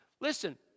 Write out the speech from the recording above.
Listen